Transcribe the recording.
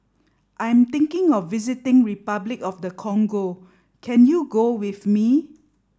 I'm thinking of visiting Repuclic of the Congo can you go with me